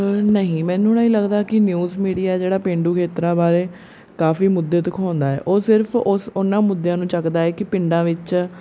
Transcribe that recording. ਨਹੀਂ ਮੈਨੂੰ ਨਹੀਂ ਲੱਗਦਾ ਕਿ ਨਿਊਜ਼ ਮੀਡੀਆ ਜਿਹੜਾ ਪੇਂਡੂ ਖੇਤਰਾਂ ਬਾਰੇ ਕਾਫੀ ਮੁੱਦੇ ਦਿਖਾਉਂਦਾ ਹੈ ਉਹ ਸਿਰਫ ਓਸ ਉਹਨਾਂ ਮੁੱਦਿਆਂ ਨੂੰ ਚੱਕਦਾ ਹੈ ਕਿ ਪਿੰਡਾਂ ਵਿੱਚ